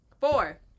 four